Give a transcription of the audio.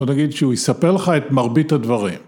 ‫אבל נגיד שהוא יספר לך ‫את מרבית הדברים.